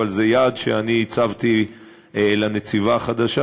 אבל זה יעד שאני הצבתי לנציבה החדשה,